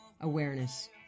awareness